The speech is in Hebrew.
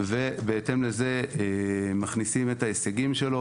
ובהתאם לזה מכניסים את ההישגים שלו